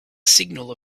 signal